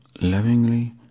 lovingly